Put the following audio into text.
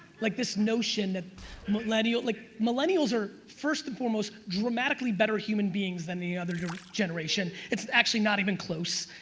like this notion that millennials like millennials are first and foremost dramatically better human beings than any other generation, it's actually not even close.